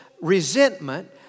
resentment